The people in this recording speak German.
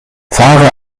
fahre